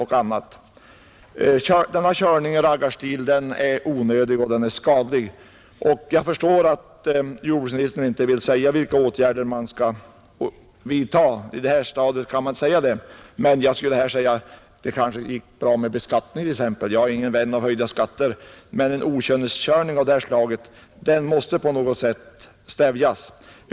Sådana körningar i raggarstil är onödiga och skadliga. Jag förstår att jordbruksministern inte nu kan säga vilka åtgärder man tänker vidta i detta fall. Det går inte att säga det på detta stadium. Men skulle det inte kunna gå att tillgripa beskattning? Jag är ingen vän av höjda skatter, men dessa okynneskörningar måste på något sätt stävjas.